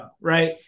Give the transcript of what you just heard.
Right